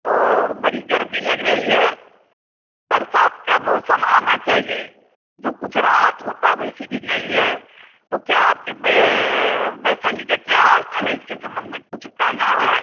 और बड़ी गर्मी लग रही है बरसात का मौसम आना चाहिए जो कुछ राहत होता वैसी ढ़ीड नहीं है तो क्या आपके बै वैशाली का क्या हालचाल है इसके संबंध में कुछ कहना है